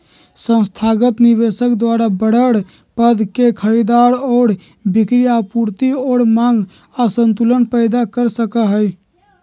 संस्थागत निवेशक द्वारा बडड़ा पद के खरीद और बिक्री आपूर्ति और मांग असंतुलन पैदा कर सका हई